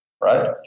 right